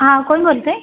हां कोण बोलतं आहे